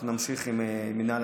נמשיך עם מינהל